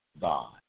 God